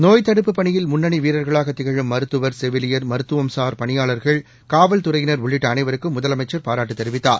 நோய் தடுப்புப் பணியில் முன்னணிவீரர்களாகதிகழும் மருத்துவர் செவிலியர் மருத்துவம்சார் பணியாள்கள் காவல்துறையினர் உள்ளிட்டஅனைவருக்கும் முதலமைச்சள் பாராட்டுதெரிவித்தார்